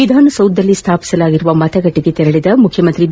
ವಿಧಾನಸೌಧದಲ್ಲಿ ಸ್ಥಾಪಿಸಲಾಗಿರುವ ಮತಗಟ್ಟಿಗೆ ತೆರಳಿದ ಮುಖ್ಯಮಂತ್ರಿ ಬಿ